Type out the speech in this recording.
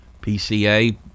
pca